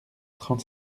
trente